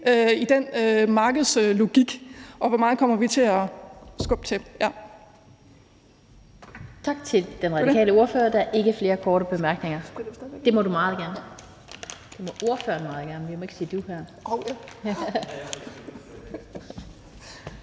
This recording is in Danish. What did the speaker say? i den markedslogik, og hvor meget vi kommer til at skubbe til.